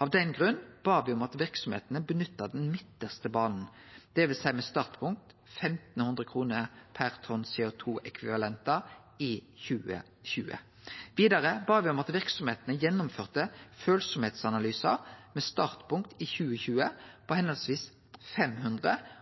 Av den grunn bad me om at verksemdene skulle nytte den midtre banen, dvs. med startpunkt 1 500 kr per tonn CO 2 -ekvivalentar i 2020. Vidare bad me om at verksemdene gjennomførte varleiksanalysar med startpunkt i 2020 på høvesvis 500